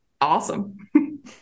awesome